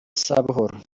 sabuhoro